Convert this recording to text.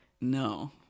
No